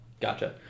Gotcha